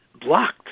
blocked